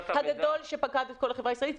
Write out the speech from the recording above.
הבריאותי הגדול שפקד את כל החברה הישראלית.